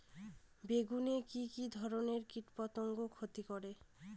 বেগুনে কি কী ধরনের কীটপতঙ্গ ক্ষতি করে?